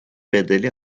bedeli